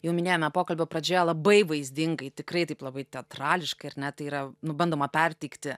jau minėjome pokalbio pradžioje labai vaizdingai tikrai taip labai teatrališkai ar ne tai yra nu bandoma perteikti